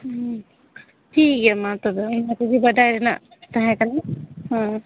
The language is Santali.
ᱴᱷᱤᱠ ᱜᱮᱭᱟ ᱢᱟ ᱛᱚᱵᱮ ᱚᱱᱟ ᱠᱚᱜᱮ ᱵᱟᱰᱟᱭ ᱨᱮᱱᱟᱜ ᱛᱟᱦᱮᱸ ᱠᱟᱱᱟ